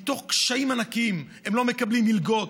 מתוך קשיים ענקים, הם לא מקבלים מלגות,